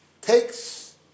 takes